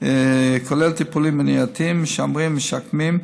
כולל טיפולים מניעתיים, משמרים ומשקמים,